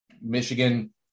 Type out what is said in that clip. Michigan